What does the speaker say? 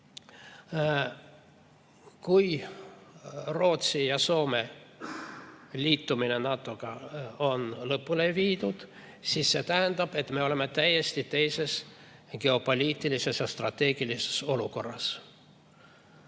Rootsi ja Soome liitumine NATO-ga on lõpule viidud, siis see tähendab, et me oleme täiesti teises geopoliitilises strateegilises olukorras.